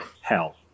hell